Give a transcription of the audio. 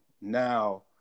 Now